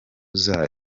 zayo